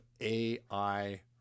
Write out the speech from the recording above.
AI